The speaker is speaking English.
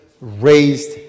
raised